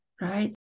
right